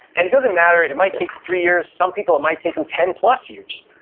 and it doesn't matter, it it might take three years, some people it might take them ten plus years.